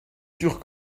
sûr